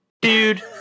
Dude